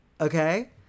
okay